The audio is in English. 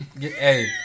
hey